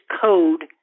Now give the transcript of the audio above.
code